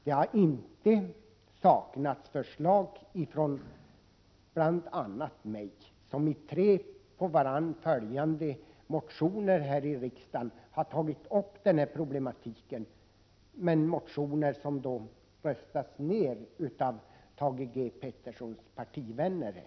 Det har inte saknats förslag från bl.a. mig, som i tre på varandra följande motioner här i riksdagen tagit upp detta problem. Dessa motioner har röstats ner av Thage G Petersons partivänner.